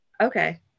Okay